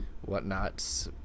whatnot